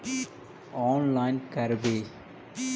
Online करवे?